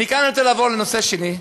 ומכאן אני רוצה לעבור לנושא השני.